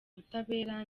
ubutabera